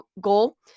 goal